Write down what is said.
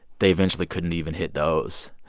they eventually couldn't even hit those.